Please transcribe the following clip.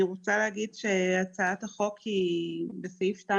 אני רוצה להגיד שהצעת החוק היא סעיף (2)